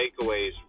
takeaways